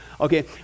Okay